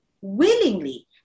willingly